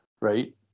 right